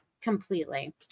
completely